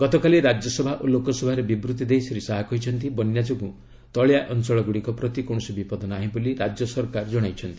ଗତକାଲି ରାଜ୍ୟସଭା ଓ ଲୋକସଭାରେ ବିବୃତ୍ତି ଦେଇ ଶ୍ରୀ ଶାହା କହିଛନ୍ତି ବନ୍ୟା ଯୋଗୁଁ ତଳିଆ ଅଞ୍ଚଳଗୁଡ଼ିକ ପ୍ରତି କୌଣସି ବିପଦ ନାହିଁ ବୋଲି ରାଜ୍ୟ ସରକାର ଜଣାଇଛନ୍ତି